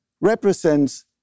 represents